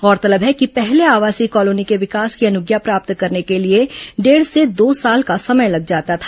गौरतलब है कि पहले आवासीय कॉलोनी के विकास की अनुज्ञा प्राप्त करने के लिए डेढ़ से दो साल का समय लग जाता था